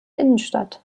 innenstadt